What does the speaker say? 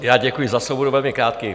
Já děkuji za slovo, budu velmi krátký.